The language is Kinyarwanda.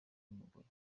y’umugore